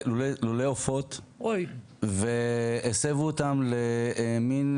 לולי עופות והסבו אותם למין